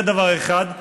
זה דבר אחד.